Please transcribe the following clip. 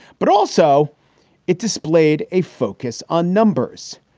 but also it displayed a focus on numbers,